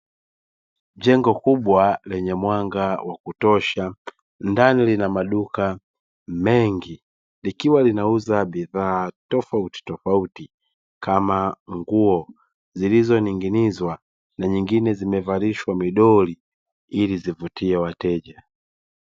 Jengo kubwa lenye mwanga wa kutosha ndani lina maduka mengi likiwa linauza bidhaa tofautitofauti kama nguo zilizoning'inizwa na nyigine zimevalishwa midoli ili zivutie wateja.